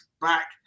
back